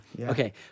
Okay